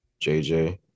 JJ